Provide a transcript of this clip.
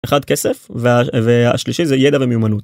1 כסף והשלישי זה ידע ומיומנות.